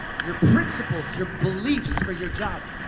your principles, your beliefs for your job.